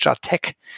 tech